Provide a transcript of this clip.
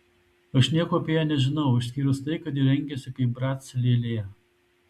aš nieko apie ją nežinau išskyrus tai kad ji rengiasi kaip brac lėlė